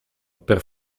per